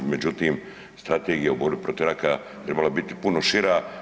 Međutim, Strategija u borbi protiv raka trebala je biti puno šira.